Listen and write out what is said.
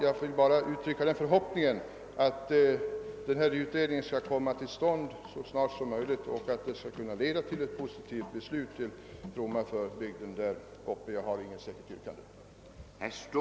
Jag vill endast uttrycka förhoppningen att den ifrågavarande utredningen kommer att slutföras så snart som möjligt och att den leder till ett för bygden positivt beslut. Något särskilt yrkande har jag således inte.